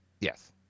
Yes